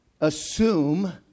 assume